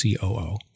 COO